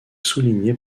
soulignée